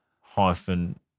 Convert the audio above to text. hyphen